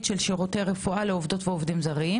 של שירותי רפואה לעובדות ולעובדים זרים.